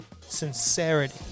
sincerity